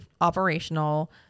operational